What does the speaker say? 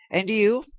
and you,